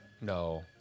No